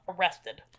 arrested